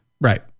Right